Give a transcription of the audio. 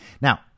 Now